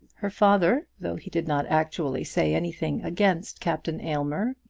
her father, though he did not actually say anything against captain aylmer,